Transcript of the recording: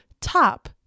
top